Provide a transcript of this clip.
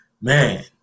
man